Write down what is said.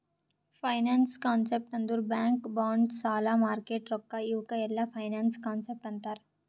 finance concept ಅಂದುರ್ bank bonds ಸಾಲ market ರೊಕ್ಕಾ ಇವುಕ್ ಎಲ್ಲಾ ಫೈನಾನ್ಸ್ ಕಾನ್ಸೆಪ್ಟ್ ಅಂತಾರ್